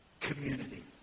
community